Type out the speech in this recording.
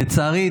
לצערי,